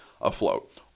afloat